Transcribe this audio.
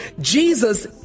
Jesus